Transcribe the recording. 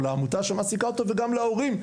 לעמותה שמעסיקה אותו וגם להורים,